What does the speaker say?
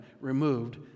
removed